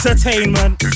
Entertainment